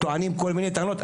טוענים כל מיני טענות,